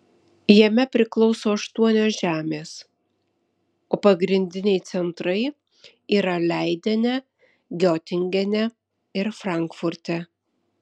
jame priklauso aštuonios žemės o pagrindiniai centrai yra leidene giotingene ir frankfurte